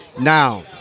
Now